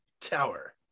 tower